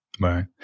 Right